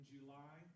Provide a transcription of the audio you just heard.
July